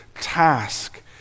task